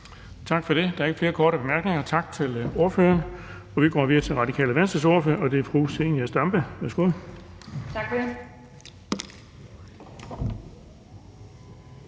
Tak for det. Der er ikke flere korte bemærkninger. Tak til ordføreren. Vi går videre til Radikale Venstres ordfører, og det er fru Zenia Stampe. Værsgo. Kl.